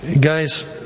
Guys